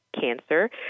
cancer